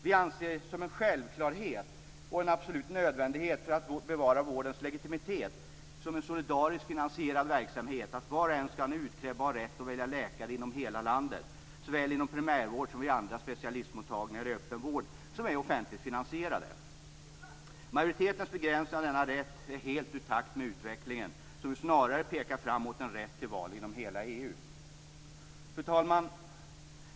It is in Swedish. Vi anser som en självklarhet och en absolut nödvändighet för att bevara vårdens legitimitet som en solidariskt finansierad verksamhet, att var och en skall ha en utkrävbar rätt att välja läkare inom hela landet såväl inom primärvård som vid andra specialistmottagningar i öppenvård som är offentligt finansierade. Majoritetens begränsningar av denna rätt är helt ur takt med utvecklingen, som ju snarare pekar fram mot en rätt till val inom hela EU. Fru talman!